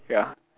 ya